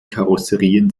karosserien